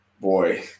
Boy